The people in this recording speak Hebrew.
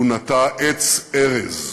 הוא נטע עץ ארז,